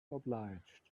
obliged